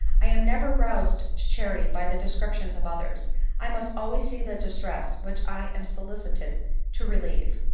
i am never roused to charity by the descriptions of others i must always see the distress which i am solicited to relieve.